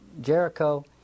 Jericho